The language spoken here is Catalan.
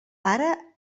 ara